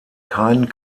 keinen